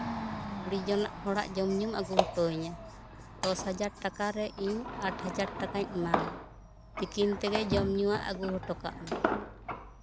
ᱠᱩᱲᱤ ᱡᱚᱱ ᱦᱚᱲᱟᱜ ᱡᱚᱢ ᱧᱩᱢ ᱟᱹᱜᱩ ᱦᱚᱴᱚ ᱤᱧᱟᱹ ᱫᱚᱥ ᱦᱟᱡᱟᱨ ᱴᱟᱠᱟᱨᱮ ᱤᱧ ᱟᱴ ᱦᱟᱡᱟᱨ ᱴᱟᱠᱟᱧ ᱮᱢᱟᱢᱟ ᱛᱤᱠᱤᱱ ᱛᱮᱜᱮ ᱡᱚᱢ ᱧᱩᱣᱟᱜ ᱟᱹᱜᱩ ᱦᱚᱴᱚ ᱠᱟᱜ ᱢᱮ